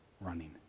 running